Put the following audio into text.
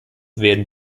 werden